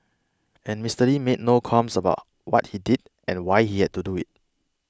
and Mister Lee made no qualms about what he did and why he had to do it